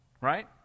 Right